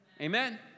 Amen